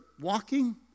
walking